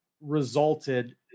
resulted